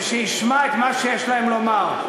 וישמע את מה שיש להם לומר?